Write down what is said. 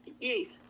Yes